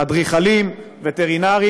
אדריכלים ווטרינרים,